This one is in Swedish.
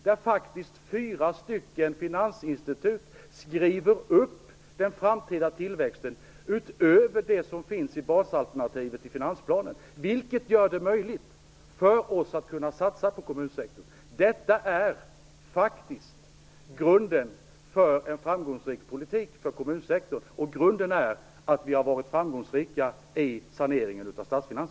Det är t.o.m. fyra finansinstitut som har skrivit upp den framtida tillväxten utöver det som finns i basalternativet i finansplanen. Allt detta gör det möjligt för oss att satsa på kommunsektorn. Det här är faktiskt grunden för en framgångsrik politik för kommunsektorn. Den grunden är att vi har varit framgångsrika i saneringen av statsfinanserna.